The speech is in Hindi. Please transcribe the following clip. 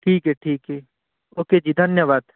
ठीक है ठीक है ओके जी धन्यवाद